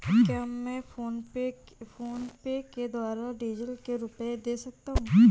क्या मैं फोनपे के द्वारा डीज़ल के रुपए दे सकता हूं?